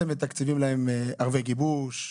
אתם מתקצבים להם ערבי גיבוש,